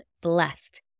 blessed